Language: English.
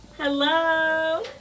Hello